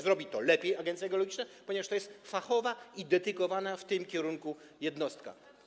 Zrobi to lepiej agencja geologiczna, ponieważ to jest fachowa i dedykowana w tym kierunku jednostka.